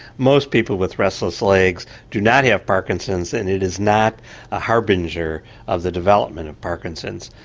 most people with restless legs do not have parkinson's and it is not a harbinger of the development of parkinson's.